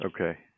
Okay